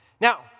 Now